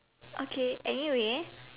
okay anyway